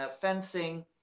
fencing